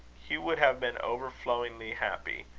hugh would have been overflowingly happy,